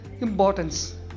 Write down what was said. importance